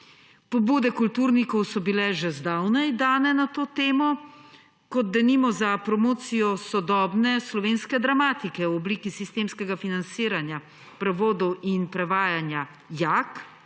Pobude kulturnikov so bile že zdavnaj dane na to temo, kot denimo za promocijo sodobne slovenske dramatike v obliki sistemskega financiranja prevodov in prevajanja. JAK